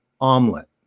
omelet